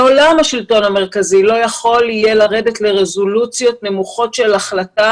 לעולם השלטון המרכזי לא יכול יהיה שלרדת לרזולוציות נמוכות של החלטה